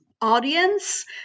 audience